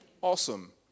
Awesome